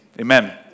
amen